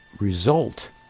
result